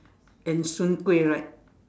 and soon-kueh right